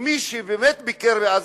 ומי שבאמת ביקר בעזה,